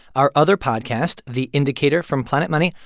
our other podcast, the indicator from planet money,